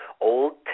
old